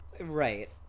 right